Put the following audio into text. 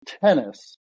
tennis